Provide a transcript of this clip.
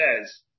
says